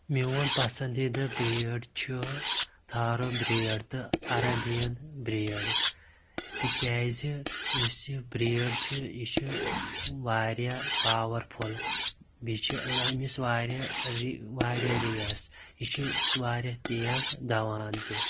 مِیون پَنسنددیدہ بریر چھ thoroughbred تہٕ عَرَبِیَن بِریر تِکیازِ یُس یہٕ بریر چھ یہِ چھ وارِیاہ پاوَر فُل بیٚیہِ چھ أمس وارِیاہ وارِیاہ ریس یہِ چھ وارِیاہ تیز دَوان تہِ